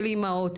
של אימהות,